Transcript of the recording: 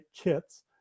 kits